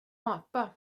apa